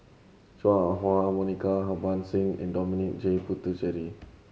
Chua Ah Huwa Monica Harbans Singh and Dominic J Puthucheary